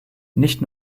nicht